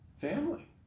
family